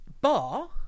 bar